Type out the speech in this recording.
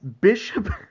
Bishop